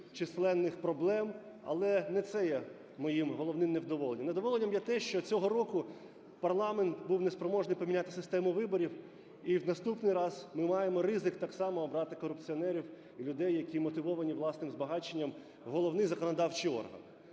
численних проблем. Але не це є моїм головним невдоволенням. Невдоволенням є те, що цього року парламент був неспроможний поміняти систему виборів. І в наступний раз ми маємо ризик так само обрати корупціонерів - людей, які мотивовані власним збагаченням, в головний законодавчий орган.